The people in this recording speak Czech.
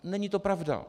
Není to pravda.